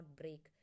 break